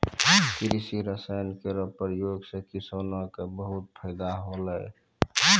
कृषि रसायन केरो प्रयोग सँ किसानो क बहुत फैदा होलै